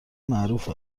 معروف